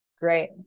Great